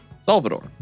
Salvador